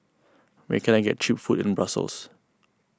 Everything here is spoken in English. where can I get Cheap Food in Brussels